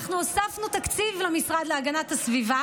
אנחנו הוספנו תקציב למשרד להגנת הסביבה